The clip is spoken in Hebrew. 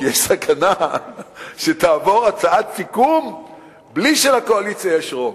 כי יש סכנה שתעבור הצעת סיכום בלי שלקואליציה יש רוב.